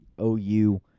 OU